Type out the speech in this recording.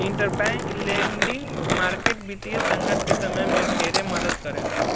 interbank lending market वित्तीय संकट के समय में ढेरे मदद करेला